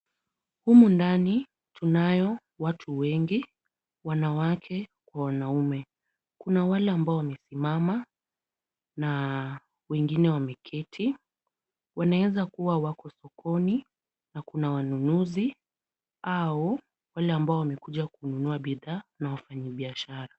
Humu ndani tunayo watu wengi, wanawake kwa wanaume. Kuna wale ambao wamesimama na wengine wameketi. Wanaeza kuwa wako sokoni na kuna wanunuzi au wale ambao wamekuja kununua bidhaa na wafanyibiashara.